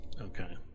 Okay